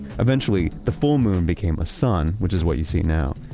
eventually, the full moon became a sun, which is what you see now.